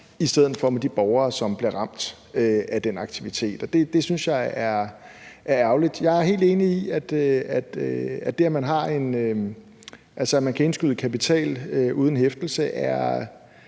i stedet for sammen med de borgere, som bliver ramt af den aktivitet, og det synes jeg er ærgerligt. Jeg er helt enig i, at det, at man kan indskyde kapital uden hæftelse, er